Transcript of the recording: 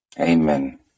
Amen